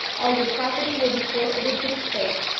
all your property will be forfeited to the state.